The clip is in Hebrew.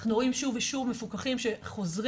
אנחנו רואים שוב ושוב מפוקחים שחוזרים